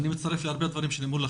אני מצטרף להרבה דברים שנאמרו,